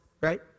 right